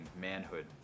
manhood